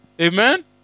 Amen